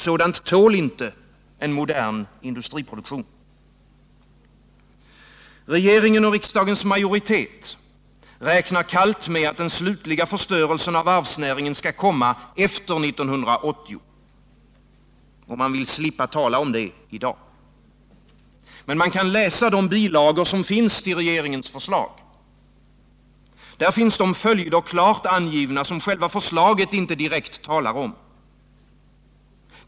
Sådant tål inte en modern industriproduktion. Regeringen och riksdagens majoritet räknar kallt med att den slutliga förstörelsen av varvsnäringen skall komma efter 1980, och man vill slippa tala om det i dag. Men vi kan läsa de bilagor som finns till regeringens förslag i dag. Där finns de följder klart angivna som själva förslaget inte talar om.